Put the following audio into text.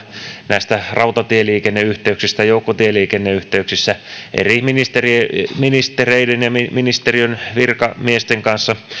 näistä rautatieliikenneyhteyksistä joukkotieliikenneyhteyksistä eri ministereiden ja ministeriön virkamiesten kanssa